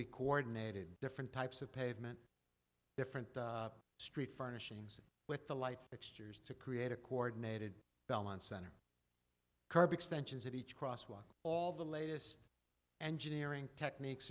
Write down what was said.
be coordinated different types of pavement different street furnishings with the light fixtures to create a coordinated balance center curb extensions of each crosswalk all the latest engineering techniques